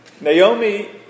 Naomi